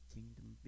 Kingdom